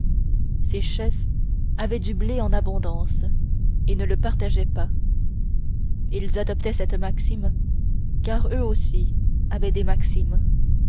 ces chefs avaient du blé en abondance et ne le partageaient pas ils adoptaient cette maxime car eux aussi avaient des maximes